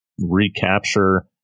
recapture